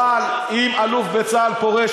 אבל אם אלוף בצה"ל פורש,